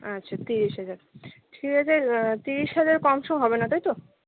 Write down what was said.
আচ্ছা ত্রিশ হাজার ঠিক আছে ত্রিশ হাজার কম সম হবে না তাই তো